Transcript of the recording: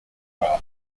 birth